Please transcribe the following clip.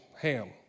ham